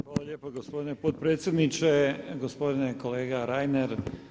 Hvala lijepo gospodine potpredsjedniče, gospodine kolega Reiner.